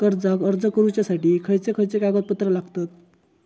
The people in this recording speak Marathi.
कर्जाक अर्ज करुच्यासाठी खयचे खयचे कागदपत्र लागतत